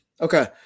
Okay